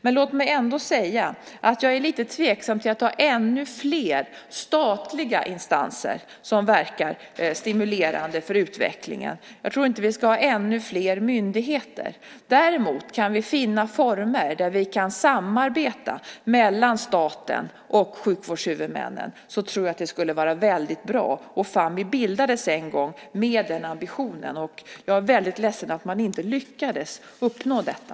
Men låt mig ändå säga att jag är lite tveksam till att ha ännu fler statliga instanser som verkar stimulerande för utvecklingen. Jag tror inte att vi ska ha ännu fler myndigheter. Om vi däremot skulle kunna finna former för samarbete mellan staten och sjukvårdsmännen, tror jag att det skulle vara väldigt bra. Fammi bildades en gång med den ambitionen, och jag är väldigt ledsen att man inte lyckades uppnå detta.